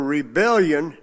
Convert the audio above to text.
rebellion